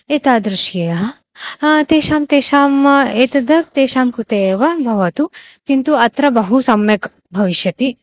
एतादृश्यः तेषां तेषाम् एतद् तेषां कृते एव भवतु किन्तु अत्र बहु सम्यक् भविष्यति